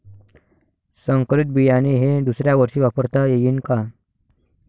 संकरीत बियाणे हे दुसऱ्यावर्षी वापरता येईन का?